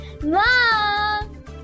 Mom